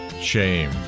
Shame